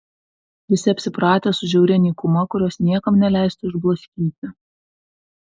visi apsipratę su žiauria nykuma kurios niekam neleistų išblaškyti